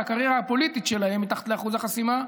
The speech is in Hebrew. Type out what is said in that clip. על הקריירה הפוליטית שלהם מתחת לאחוז החסימה,